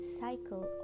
cycle